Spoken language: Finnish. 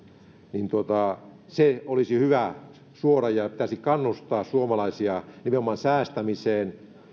niin se olisi hyvä suoda ja pitäisi kannustaa suomalaisia nimenomaan säästämiseen